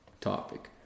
topic